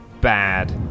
bad